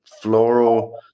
floral